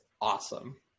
awesome